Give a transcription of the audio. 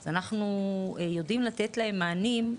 אז אנחנו יודעים לתת להם מענים,